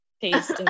taste